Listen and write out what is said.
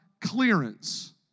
clearance